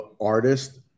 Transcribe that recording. artist